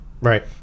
right